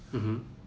mmhmm